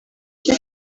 icyo